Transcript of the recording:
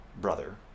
brother